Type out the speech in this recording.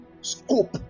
scope